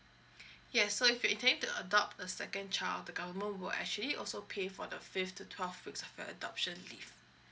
yes so if you intending to adopt a second child the government will actually also pay for the fifth to twelve weeks for your adoption leave